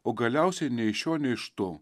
o galiausiai nei iš šio nei iš to